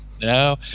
No